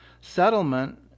settlement